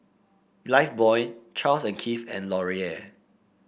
Lifebuoy Charles and Keith and Laurier